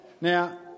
Now